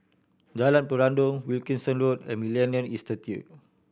Jalan Peradun Wilkinson Road and Millennia Institute